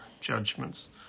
judgments